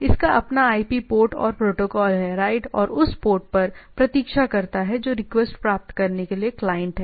इसका अपना IP port और प्रोटोकॉल है राइट और उस पोर्ट पर प्रतीक्षा करता है जो रिक्वेस्ट प्राप्त करने के लिए क्लाइंट है